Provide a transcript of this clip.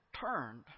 turned